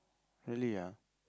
really ah